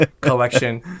collection